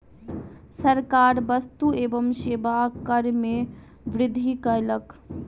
सरकार वस्तु एवं सेवा कर में वृद्धि कयलक